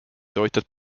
tootjad